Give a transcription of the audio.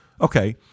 okay